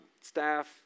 staff